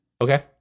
Okay